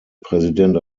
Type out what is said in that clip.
präsident